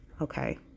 Okay